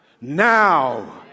now